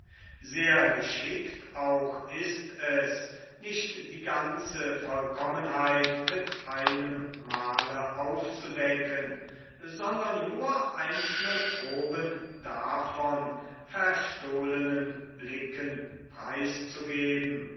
sehr geschickt auch ist es nicht die ganze vollkommenheit mit einem male aufzudecken sondern nur einzelne proben davon verstohlnen blicken preiszugeben